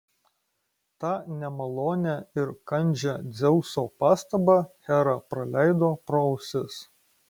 tą nemalonią ir kandžią dzeuso pastabą hera praleido pro ausis